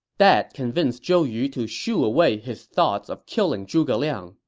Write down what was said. that convinced zhou yu to shoo away his thoughts of killing zhuge liang,